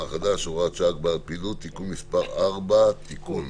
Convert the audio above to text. החדש (הוראת שעה) (הגבלת פעילות) (תיקון מס' 4) (תיקון).